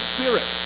Spirit